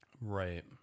Right